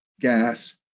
gas